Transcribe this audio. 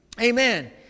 Amen